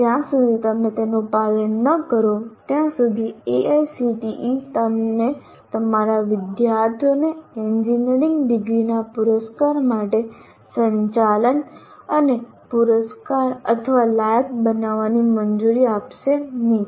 જ્યાં સુધી તમે તેનું પાલન ન કરો ત્યાં સુધી AICTE તમને તમારા વિદ્યાર્થીઓને એન્જિનિયરિંગડિગ્રીના પુરસ્કાર માટે સંચાલન અને પુરસ્કાર અથવા લાયક બનાવવાની મંજૂરી આપશે નહીં